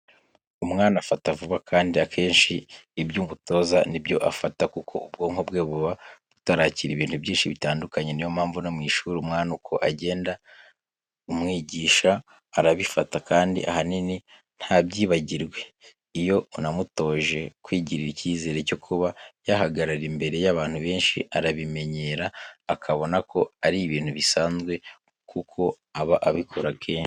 Umwana afata vuba kandi akenshi ibyo umutoza ni byo afata, kuko ubwonko bwe buba butarakira ibintu byinshi bitandukanye, niyo mpamvu no mu ishuri umwana uko ugenda umwigisha arabifata kandi ahanini ntabyibagirwe. Iyo unamutoje kwigirira icyizere cyo kuba yahagarara imbere y'abantu benshi arabimenyera, akabona ko ari ibintu bisanzwe kuko aba abikora kenshi